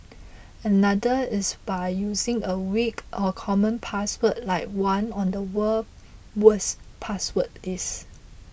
another is by using a weak or common password like one on the world's worst password list